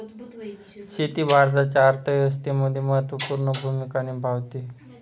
शेती भारताच्या अर्थव्यवस्थेमध्ये महत्त्वपूर्ण भूमिका निभावते